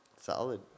Solid